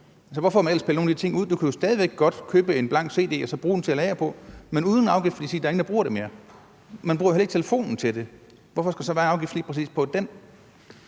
ellers pillet nogle af de ting ud? Du kan jo stadig væk godt købe en blank cd og bruge den til at lagre på, men uden afgift, fordi der ikke er nogen, der bruger det mere. Man bruger jo heller ikke telefonen til det. Hvorfor skal der så være en afgift på lige præcis den?